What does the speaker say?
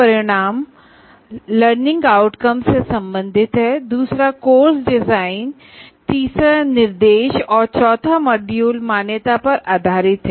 पहला learning outcome से संबंधित है दूसरा कोर्स डिजाइन तीसरा निर्देश और चौथा मॉड्यूल मान्यतापर आधारित है